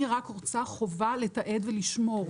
אני רק רוצה חובה לתעד ולשמור.